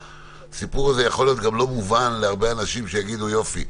הסיפור הזה יכול להיות גם לא מובן להרבה אנשים שיגידו: יופי,